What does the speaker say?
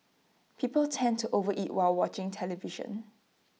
people tend to overeat while watching the television